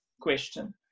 question